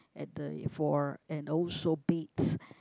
at the floor and also beds